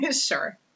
Sure